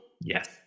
yes